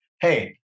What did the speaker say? hey